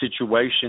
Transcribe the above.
situation